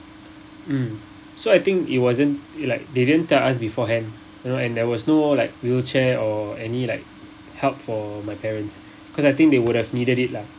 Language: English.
mm so I think it wasn't like they didn't tell us beforehand you know and there was no like wheelchair or any like help for my parents because I think they would have needed it lah